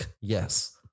Yes